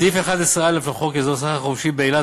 סעיף 11(א) לחוק אזור סחר חופשי באילת